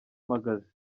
mpagaze